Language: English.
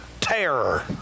terror